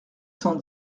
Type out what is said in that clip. cent